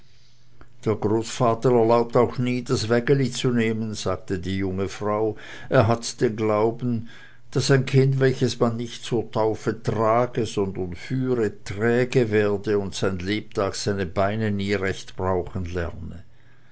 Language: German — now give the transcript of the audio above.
der großvater erlaubt auch nie das wägeli zu nehmen sagte die junge frau er hat den glauben daß ein kind welches man nicht zur taufe trage sondern führe träge werde und sein lebtag seine beine nie recht brauchen lerne